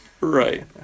right